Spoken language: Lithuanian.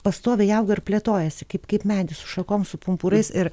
pastoviai auga ir plėtojasi kaip kaip medis su šakom su pumpurais ir